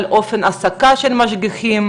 על אופן ההעסקה של משגיחים,